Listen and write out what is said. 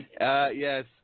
Yes